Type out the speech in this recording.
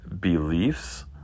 beliefs